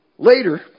Later